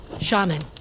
Shaman